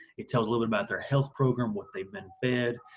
it tells a little about their health program, what they've been fed.